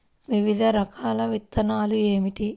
వివిధ రకాల విత్తనాలు ఏమిటి?